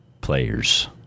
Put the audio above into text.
players